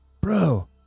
bro